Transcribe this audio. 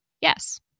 Yes